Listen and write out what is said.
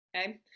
Okay